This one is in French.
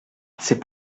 c’est